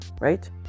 right